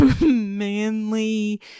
manly